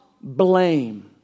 blame